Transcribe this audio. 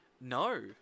No